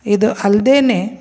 ಇದು ಅಲ್ದೇ